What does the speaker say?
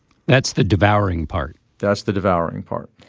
that's the devouring part that's the devouring part